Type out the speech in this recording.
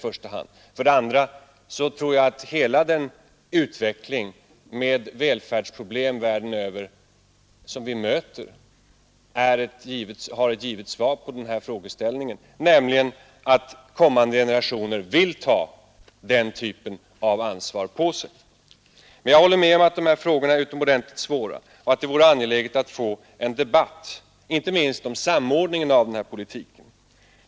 Vidare tror jag att de välfärdsproblem som vi möter världen över ger svar på hela den här frågeställningen, nämligen att kommande generationer vill ta det ansvaret på sig. Men jag håller med om att dessa frågor är utomordentligt svåra och att det vore angeläget att få en debatt inte minst om samordningen av politiken.